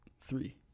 three